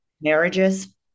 Marriages